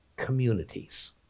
communities